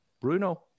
Bruno